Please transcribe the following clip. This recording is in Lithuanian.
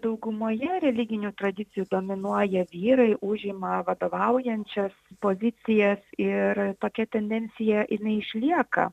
daugumoje religinių tradicijų dominuoja vyrai užima vadovaujančias pozicijas ir tokia tendencija jinai išlieka